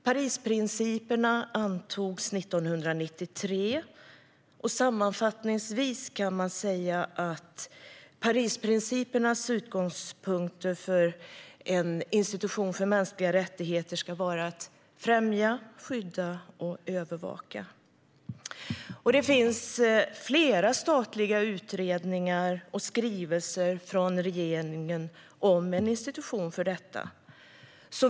Parisprinciperna antogs 1993, och sammanfattningsvis kan man säga att Parisprincipernas utgångspunkter för en institution för mänskliga rättigheter ska vara att främja, skydda och övervaka. Det finns flera statliga utredningar och skrivelser från regeringen om en institution för detta.